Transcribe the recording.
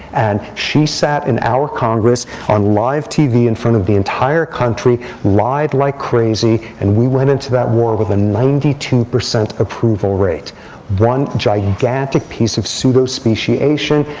and she sat in our congress on live tv in front of the entire country, lied like crazy. and we went into that war with a ninety two percent approval rate one gigantic piece of pseudo speciation.